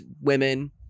women